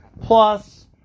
plus